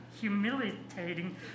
humiliating